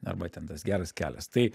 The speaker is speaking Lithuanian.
arba ten tas geras kelias tai